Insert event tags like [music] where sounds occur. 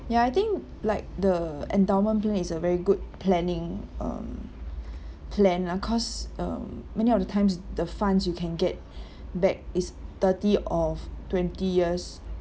ya I think like the endowment plan is a very good planning um [breath] plan lah cause um many of the times the funds you can get [breath] back is thirty of twenty years